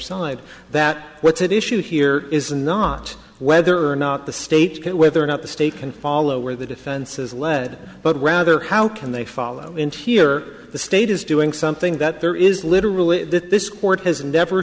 side that what's at issue here is not whether or not the states care whether or not the state can follow where the defenses lead but rather how can they follow in here the state is doing something that there is literally that this court has never